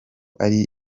ari